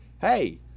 hey